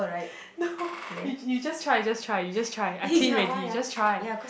no you you just try just try you just try I key in ready just try